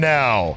now